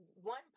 one